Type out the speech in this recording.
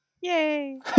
Yay